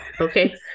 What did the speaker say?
okay